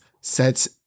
sets